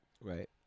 Right